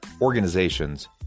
organizations